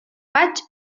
faig